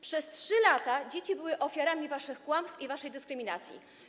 Przez 3 lata dzieci były ofiarami waszych kłamstw i waszej dyskryminacji.